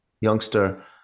youngster